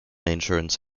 insurance